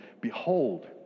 Behold